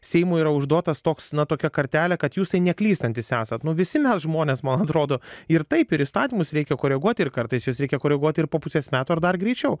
seimui yra užduotas toks na tokia kartelė kad jūs neklystantys esat nu visi mes žmonės man atrodo ir taip ir įstatymus reikia koreguoti ir kartais juos reikia koreguoti ir po pusės metų ar dar greičiau